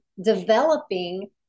developing